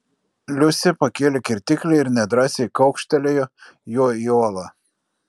liusė pakėlė kirtiklį ir nedrąsiai kaukštelėjo juo į uolą